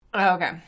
Okay